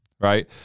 right